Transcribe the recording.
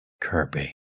Kirby